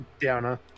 downer